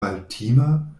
maltima